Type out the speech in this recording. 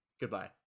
Goodbye